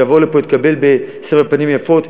שיבוא לפה ויתקבל בסבר פנים יפות.